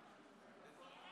שפע,